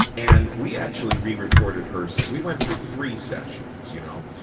and we actually re-recorded hers, we went through three sessions, you know,